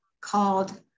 called